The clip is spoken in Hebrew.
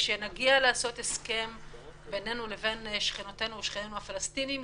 כשנגיע לעשות הסכם בינינו לבין שכנותינו ושכנינו הפלסטינים,